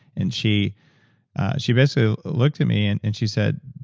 and she she basically looked at me, and and she said,